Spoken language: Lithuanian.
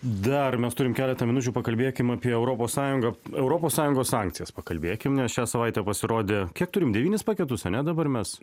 dar mes turim keletą minučių pakalbėkim apie europos sąjungą europos sąjungos sankcijas pakalbėkim nes šią savaitę pasirodė kiek turim devynis paketus ane dabar mes